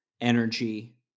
energy